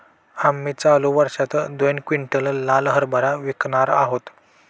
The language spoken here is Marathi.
आम्ही चालू वर्षात दोन क्विंटल लाल हरभरा पिकावणार आहोत